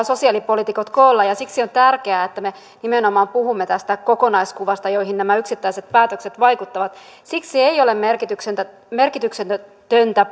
sosiaalipoliitikot koolla ja siksi on tärkeää että me puhumme nimenomaan tästä kokonaiskuvasta johon nämä yksittäiset päätökset vaikuttavat siksi ei ole merkityksetöntä